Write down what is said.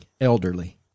elderly